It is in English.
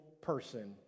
person